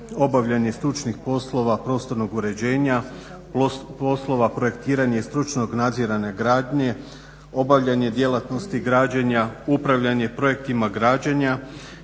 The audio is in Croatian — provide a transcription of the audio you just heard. obavljanje stručnih poslova prostornog uređenja, poslova projektiranja i stručnog nadziranja gradnje, obavljanje djelatnosti građenja upravljanje projektima građenja